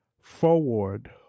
forward